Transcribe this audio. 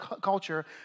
culture